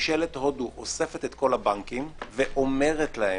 ממשלת הודו אוספת את כל הבנקים ואומרת להם: